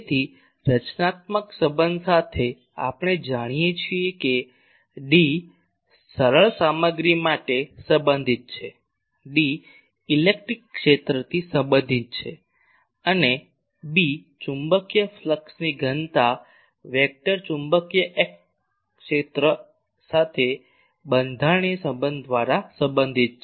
તેથી રચનાત્મક સંબંધ સાથે આપણે જાણીએ છીએ કે D સરળ સામગ્રી માટે સંબંધિત છે D ઇલેક્ટ્રિક ક્ષેત્રથી સંબંધિત છે અને B ચુંબકીય ફ્લક્સ ની ઘનતા વેક્ટર ચુંબકીય ક્ષેત્ર સાથે બંધારણીય સંબંધ દ્વારા સંબંધિત છે